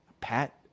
Pat